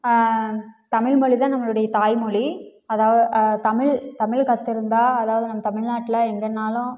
தமிழ் மொழி தான் நம்மளுடைய தாய் மொழி அதாவது தமிழ் தமிழ் கற்றுருந்தா அதாவது நம்ம தமிழ்நாட்டுல எங்கேனாலும்